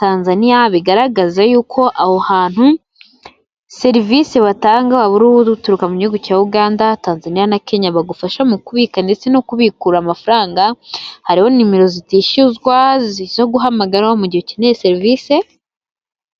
Tanzania bigaragaza yuko aho hantu serivisi batanga buruhudu ruturuka mu gihugu cya Uganda Tanzania na Kenya bagufasha mu kubika ndetse no kubiku amafaranga harimo nimero zitishyuzwa zo guhamagara mu gihe ukeneye serivisi.